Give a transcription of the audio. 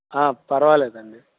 పరవాలేదండి